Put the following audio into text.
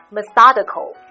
Methodical